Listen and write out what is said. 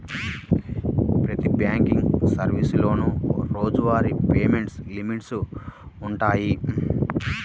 ప్రతి బ్యాంకింగ్ సర్వీసులోనూ రోజువారీ పేమెంట్ లిమిట్స్ వుంటయ్యి